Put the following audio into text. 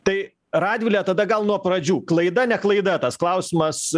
tai radvile tada gal nuo pradžių klaida ne klaida tas klausimas